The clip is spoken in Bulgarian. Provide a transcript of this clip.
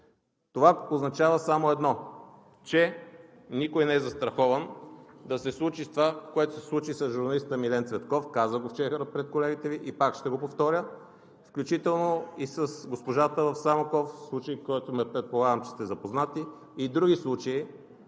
Това означава само едно – никой не е застрахован да се случи това, което се случи с журналиста Милен Цветков, казах го вчера пред колегите Ви, и пак ще го повторя, включително и с госпожата в Самоков – случай, с който, предполагам, че сте запознати, и други случаи,